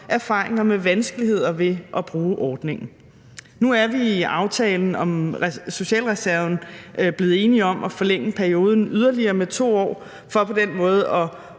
erfaringer med vanskeligheder ved at bruge ordningen. Nu er vi i aftalen om socialreserven blevet enige om at forlænge perioden med yderligere 2 år for på den måde at